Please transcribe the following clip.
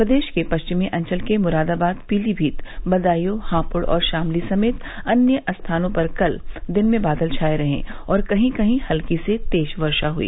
प्रदेश के पश्चिमी अंचल के मुरादाबाद पीलीभीत बदायू हापुड और शामली समेत अन्य स्थानों पर कल दिन में बादल छाए रहे और कहीं कहीं हल्की से तेज वर्षा हुई